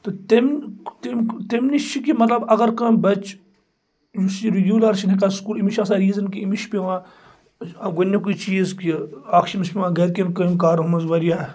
تہٕ تِم تِم تمہِ نِش چھُ کہِ مطلب اگر کانٛہہ بَچہِ یُس یہِ رُگیٚلر چھُنہٕ ہیٚکان سکوٗل أمس چھُ آسان ریزن کہِ أمِس چھُ پیٚوان اکھ گۄڈنِکُے چیٖز کہ اکھ چھُ أمس پیٚوان گرکٮ۪ن کٲم کارو منٛز واریاہ